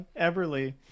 Everly